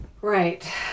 Right